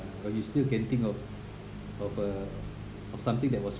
uh but you still can think of of uh or something that was